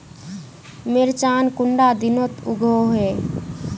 मिर्चान कुंडा दिनोत उगैहे?